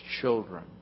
children